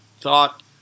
thought